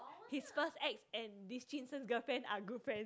his first ex and this jun sheng girlfriend are good friend